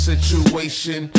Situation